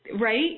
right